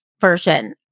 version